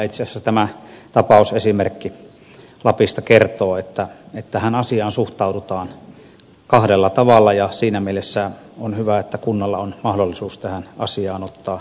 itse asiassa tämä tapausesimerkki lapista kertoo että tähän asiaan suhtaudutaan kahdella tavalla ja siinä mielessä on hyvä että kunnalla on mahdollisuus tähän asiaan ottaa kantaa